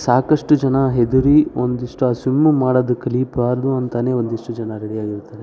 ಸಾಕಷ್ಟು ಜನ ಹೆದರಿ ಒಂದಿಷ್ಟು ಆ ಸ್ವಿಮ್ಮು ಮಾಡೋದು ಕಲಿಬಾರ್ದು ಅಂತಲೇ ಒಂದಿಷ್ಟು ಜನ ರೆಡಿಯಾಗಿರ್ತಾರೆ